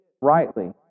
rightly